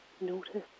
notice